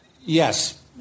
yes